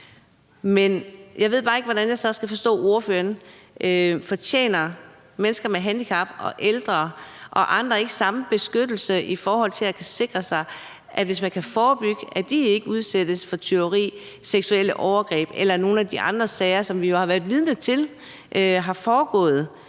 Men jeg ved bare ikke, hvordan jeg så skal forstå det, ordføreren siger. Fortjener mennesker med handicap, ældre og andre ikke samme beskyttelse i forhold til at kunne sikre sig ved f.eks. at forebygge, at de ikke udsættes for tyveri, seksuelle overgreb eller det, som er sket i nogle af de andre sager, som vi jo har været vidne til har foregået?